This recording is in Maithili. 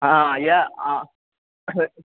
हँ यऽ आं